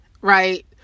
right